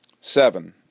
Seven